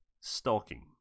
stalking